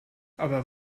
aber